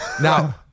Now